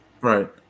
Right